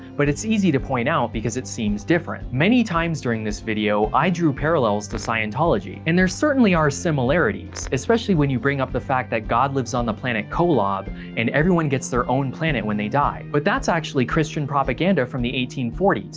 but it's easy to point it out because it seems different. many times during this video, i drew parallels to scientology. and there certainly are similarities, especially when you bring up the fact that god lives on the planet kolob and everyone gets their own planet when they die. but that's actually christian propaganda from the eighteen forty s.